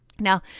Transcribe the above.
Now